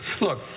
Look